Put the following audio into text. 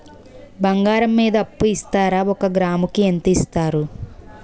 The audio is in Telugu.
బంగారం మీద అప్పు ఇస్తారా? ఒక గ్రాము కి ఎంత ఇస్తారు?